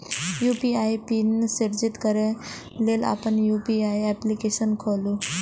UPI pin सृजित करै लेल अपन यू.पी.आई एप्लीकेशन खोलू